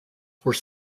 were